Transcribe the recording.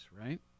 right